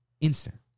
instant